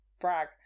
brag